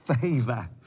favor